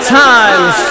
times